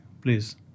please